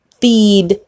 feed